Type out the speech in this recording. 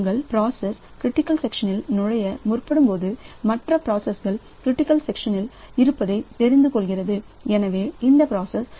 எனவே உங்கள் process critical section நுழைய முற்படும்போது மற்ற ப்ராசஸ் கல் க்ரிட்டிக்கல் செக்ஷனில் இருப்பதை தெரிந்து கொள்கிறது எனவே இந்த பிராசஸ் க்ரிட்டிக்கல் செக்ஷனில் நுழையமுடியாது